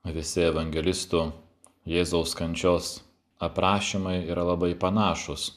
visi evangelistų jėzaus kančios aprašymai yra labai panašūs